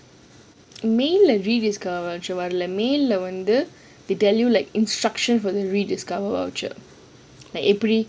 மேல:meala rediscover voucher வரல்ல மேல வந்து:waralla meala wanthu they tell you like instruction for the rediscover voucher if we